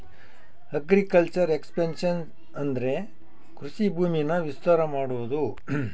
agriculture expansion ಅಂದ್ರೆ ಕೃಷಿ ಭೂಮಿನ ವಿಸ್ತಾರ ಮಾಡೋದು